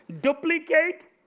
duplicate